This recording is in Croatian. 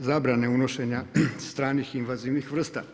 zabrane unošenja stranih invazivnih vrsta.